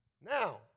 Now